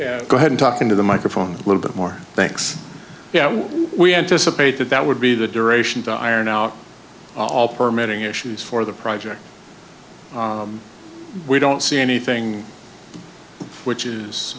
go ahead and talk into the microphone a little bit more thanks we anticipate that that would be the duration to iron out all permitting issues for the project we don't see anything which